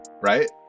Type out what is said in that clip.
right